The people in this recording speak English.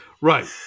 Right